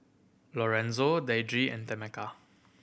Lorenzo Deidre and Tameka